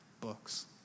books